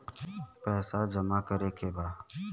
पैसा जमा करे के बा?